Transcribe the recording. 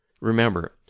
remember